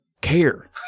care